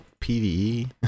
PvE